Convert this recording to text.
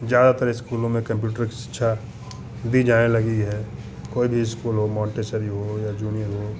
ज़्यादातर इस्कूलों में कम्प्यूटर की शिक्षा दी जाने लगी है कोई भी इस्कूल हो मोंटेसरी हो या जूनियर हो